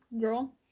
girl